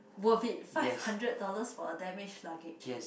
worth it five hundred dollars for a damaged luggage